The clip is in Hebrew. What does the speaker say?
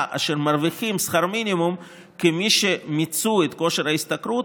אשר מרוויחים שכר מינימום כמי שמיצו את כושר ההשתכרות,